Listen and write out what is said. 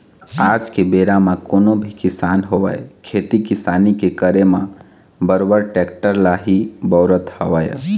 आज के बेरा म कोनो भी किसान होवय खेती किसानी के करे म बरोबर टेक्टर ल ही बउरत हवय